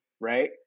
right